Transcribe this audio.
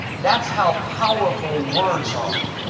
that's how powerful words are.